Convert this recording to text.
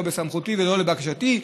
לא בסמכותי ולא לבקשתי.